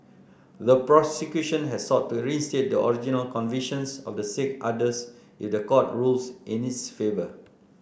the prosecution has sought to reinstate the original convictions of the six others if the court rules in its favour